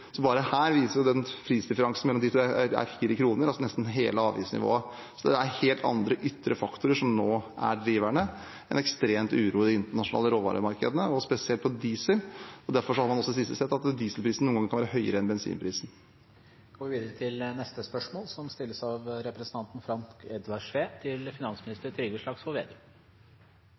Så bare her viser prisdifferansen mellom de to 4 kr, altså nesten hele avgiftsnivået. Det er helt andre ytre faktorer som nå er driverne: En ekstrem uro i de internasjonale råvaremarkedene, spesielt på diesel. Derfor har man også i det siste sett at dieselprisen noen ganger kan være høyere enn bensinprisen.